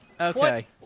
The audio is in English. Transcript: Okay